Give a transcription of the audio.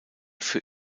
für